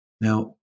now